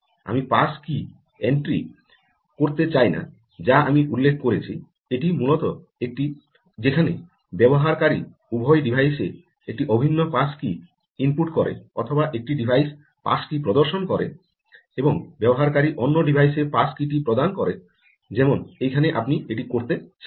আমি pass key entry করতে চাই না যা আমি উল্লেখ করেছি এটি মূলত যেখানে ব্যবহারকারী উভয় ডিভাইসে একটি অভিন্ন পাস কী ইনপুট করে অথবা একটি ডিভাইস পাস কী প্রদর্শন করে এবং ব্যবহারকারী অন্য ডিভাইসে পাস কী টি প্রদান করে যেমন এখানে আপনি এটি করতে চান না